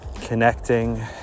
connecting